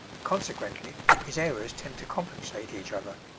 consequently his errors tend to compensate each other.